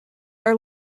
are